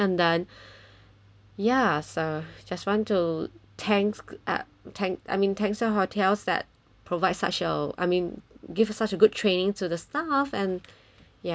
ya so just want to thanks uh thanked I mean thanks her hotels that provide such uh I mean give her such a good training to the staff and ya everything was so good